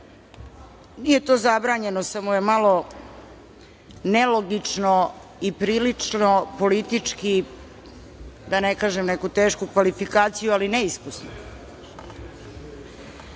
Nije to zabranjeno, samo je malo nelogično i prilično politički, da ne kažem neku tešku kvalifikaciju, ali neiskusnu.U